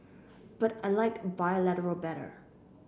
but I like bilateral better